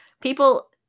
People